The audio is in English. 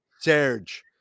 Serge